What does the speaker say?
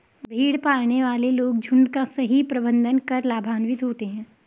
भेड़ पालने वाले लोग झुंड का सही प्रबंधन कर लाभान्वित होते हैं